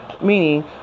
meaning